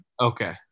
Okay